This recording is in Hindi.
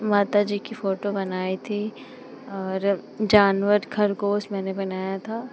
माता जी की फ़ोटो बनाई थी और जानवर ख़रगोश मैंने बनाया था